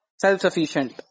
self-sufficient